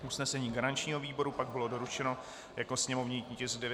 Usnesení garančního výboru pak bylo doručeno jako sněmovní tisk 928/5.